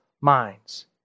minds